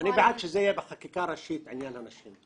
אני בעד שזה יהיה בחקיקה הראשית, עניין הנשים.